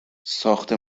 ساخت